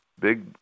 big